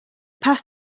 path